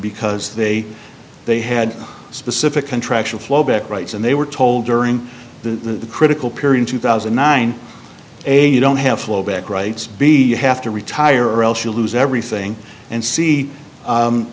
because they they had specific contractual flowback rights and they were told during the critical period two thousand and nine a you don't have flow back rights be you have to retire or else you'll lose everything and see